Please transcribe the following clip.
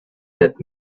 that